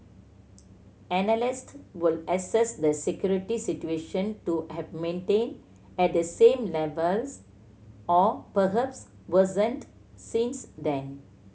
analyst would assess the security situation to have maintained at the same levels or perhaps worsened since then